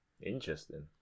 Interesting